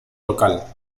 local